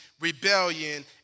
rebellion